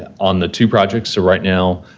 ah on the two projects so, right now,